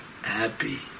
happy